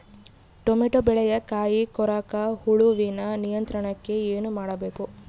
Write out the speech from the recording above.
Tomato ಬೆಳೆಯ ಕಾಯಿ ಕೊರಕ ಹುಳುವಿನ ನಿಯಂತ್ರಣಕ್ಕೆ ಏನು ಮಾಡಬೇಕು?